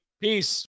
Peace